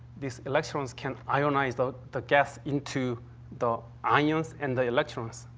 these electrons can ionize the the gas into the ions and the electrons.